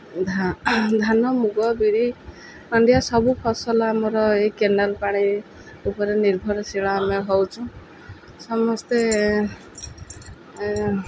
ଧାନ ମୁଗ ବିରି ମାଣ୍ଡିଆ ସବୁ ଫସଲ ଆମର ଏହି କେନାଲ୍ ପାଣି ଉପରେ ନିର୍ଭରଶୀଳ ଆମେ ହେଉଛୁ ସମସ୍ତେ